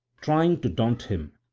trying to daunt him,